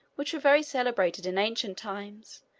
which were very celebrated in ancient times,